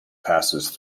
passes